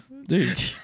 Dude